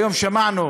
היום שמענו